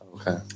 Okay